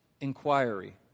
inquiry